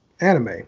anime